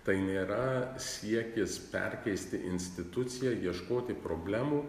tai nėra siekis perkeisti instituciją ieškoti problemų